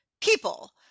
people